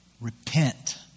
Repent